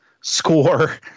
score